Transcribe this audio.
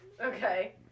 Okay